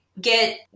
get